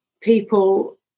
people